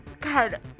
god